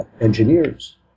engineers